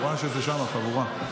הוא ראה שזו החבורה שם.